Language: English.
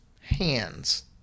hands